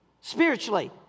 Spiritually